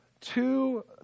Two